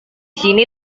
sini